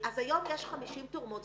אז היום יש 50 תורמות.